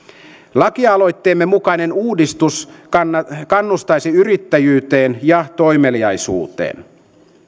lakialoitteemme mukainen uudistus kannustaisi yrittäjyyteen ja toimeliaisuuteen